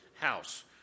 house